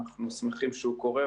אנחנו שמחים שהוא קורה.